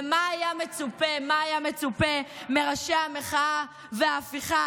ומה היה מצופה מראשי המחאה וההפיכה,